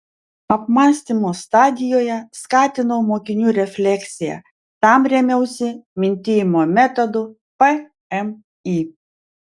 apmąstymo stadijoje skatinau mokinių refleksiją tam rėmiausi mintijimo metodu pmį